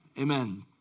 Amen